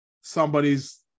Somebody's